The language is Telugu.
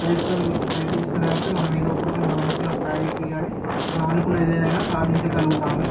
ప్రయత్నిస్తూనే ఉంటే మనము ఏదో ఒక రోజు మనం అనుకున్న స్థాయికి గాని మనం అనుకున్నది ఏదైనా సాధించగలుగుతాము